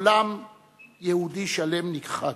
עולם יהודי שלם נכחד.